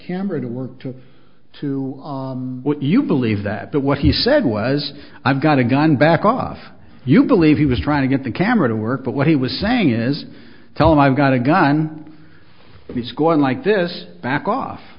camera to work took to what you believe that the what he said was i've got a gun back off you believe he was trying to get the camera to work but what he was saying is tell him i've got a gun he's going like this back off